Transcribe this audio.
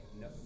no